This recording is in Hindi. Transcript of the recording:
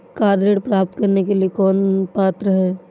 कार ऋण प्राप्त करने के लिए कौन पात्र है?